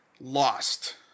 Lost